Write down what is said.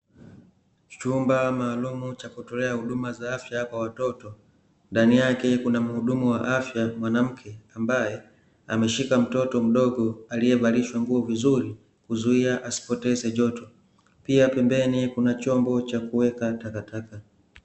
Chumba maalumu cha kutolea huduma za afya kwa watoto, ndani yake kuna muhudumu wa afya mwanamke ambaye, ameshika mtoto mdogo aliyevalishwa nguo vizuri kuzuia asipoteze joto, pia pembeni kuna chombo cha kuweka takataka.